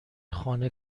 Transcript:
خانه